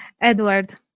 Edward